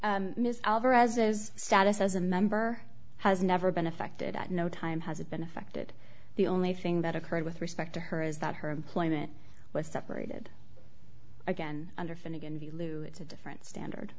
alvarez's status as a member has never been affected at no time has it been affected the only thing that occurred with respect to her is that her employment was separated again under finnigan view lou it's a different standard